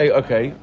okay